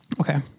Okay